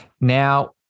now